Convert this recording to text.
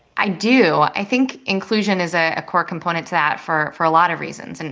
i do. i think inclusion is ah a core component to that for for a lot of reasons. and